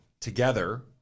together –